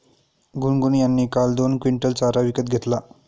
गुनगुन यांनी काल दोन क्विंटल चारा विकत घेतला